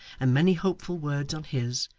and many hopeful words on his,